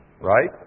right